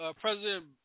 president